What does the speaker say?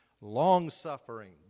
longsuffering